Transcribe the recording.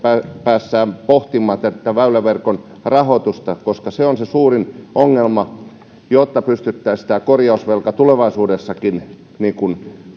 päästään pohtimaan väyläverkon rahoitusta koska se on se suurin ongelma jotta pystyttäisiin tämä korjausvelka tulevaisuudessakin